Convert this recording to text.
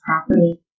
property